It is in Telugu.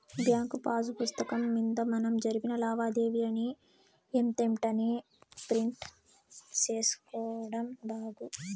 బ్యాంకు పాసు పుస్తకం మింద మనం జరిపిన లావాదేవీలని ఎంతెంటనే ప్రింట్ సేసుకోడం బాగు